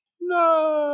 No